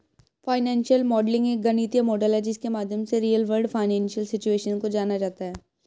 financial modelling एक गणितीय model है जिसके माध्यम से रियल वर्ल्ड फाइनेंशियल सिचुएशन को जाना जाता है